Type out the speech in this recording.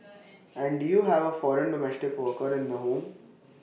and do you have foreign domestic worker in the home